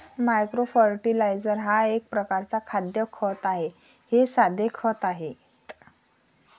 micro fertiliser हा एक प्रकारचा खाद्य खत आहे हे साधे खते आहेत